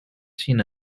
seen